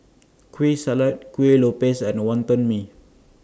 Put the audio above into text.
Kueh Salat Kuih Lopes and Wonton Mee